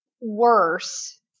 worse